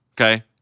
okay